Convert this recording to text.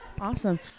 Awesome